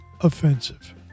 offensive